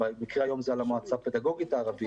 ובמקרה היום זה על המועצה הפדגוגית הערבית,